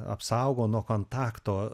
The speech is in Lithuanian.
apsaugo nuo kontakto